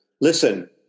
listen